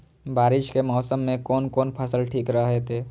बारिश के मौसम में कोन कोन फसल ठीक रहते?